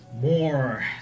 more